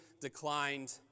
declined